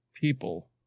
people